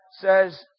says